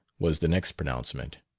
was the next pronouncement.